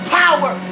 power